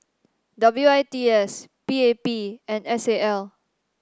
W I T S P A P and S A L